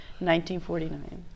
1949